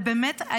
באמת,